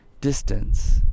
distance